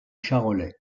charolais